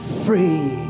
free